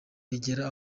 bigera